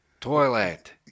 toilet